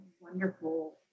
wonderful